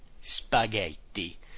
spaghetti